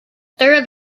third